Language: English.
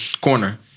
Corner